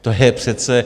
To je přece...